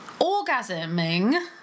orgasming